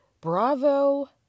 Bravo